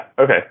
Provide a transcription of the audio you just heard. Okay